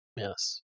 Yes